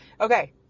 okay